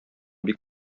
бик